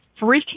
freaking